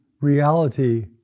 reality